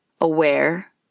aware